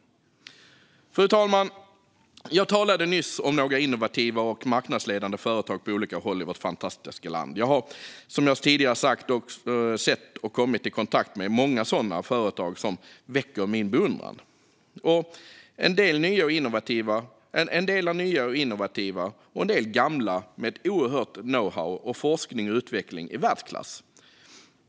Fru talman! Jag talade nyss om några innovativa och marknadsledande företag på olika håll i vårt fantastiska land. Jag har, som jag tidigare sagt, sett och kommit i kontakt med många sådana företag som väcker min beundran. En del är nya och innovativa. Andra är gamla men har en oerhörd know-how och forskning och utveckling i världsklass.